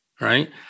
right